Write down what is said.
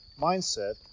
mindset